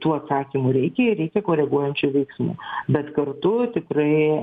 tų atsakymų reikia ir reikia koreguojančių veiksmų bet kartu tikrai